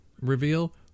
reveal